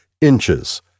inches